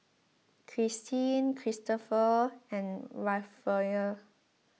Christeen Kristoffer and Rafael